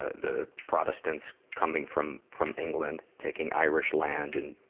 the protestants coming from, from, england, taking irish land, and,